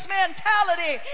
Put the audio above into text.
mentality